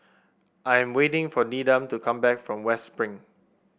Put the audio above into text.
I'm waiting for Needham to come back from West Spring